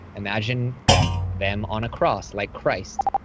imagine them on a cross like christ.